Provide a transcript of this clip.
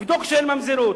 יבדוק שאין ממזרות,